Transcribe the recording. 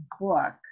book